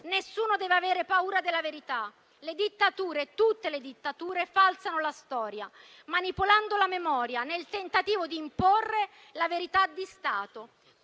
Nessuno deve avere paura della verità. Le dittature, tutte le dittature, falsano la storia, manipolando la memoria nel tentativo di imporre la verità di Stato.